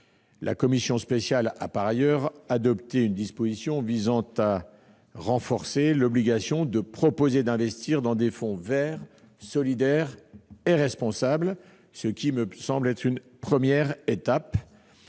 la commission spéciale a adopté une disposition visant à renforcer l'obligation de proposer d'investir dans des fonds verts, solidaires et responsables, ce qui me semble constituer une première étape.